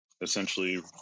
essentially